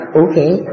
okay